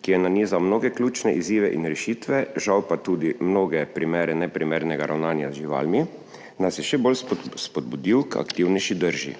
ki je nanizal mnoge ključne izzive in rešitve, žal pa tudi mnoge primere neprimernega ravnanja z živalmi, nas je še bolj spodbudil k aktivnejši drži.